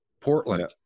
Portland